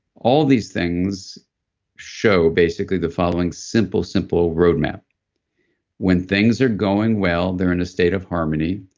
all these things show, basically, the following simple, simple roadmap when things are going well, they're in a state of harmony.